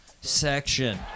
section